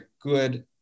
good